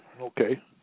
Okay